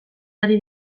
ari